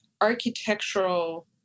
architectural